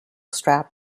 strap